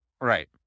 Right